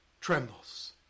trembles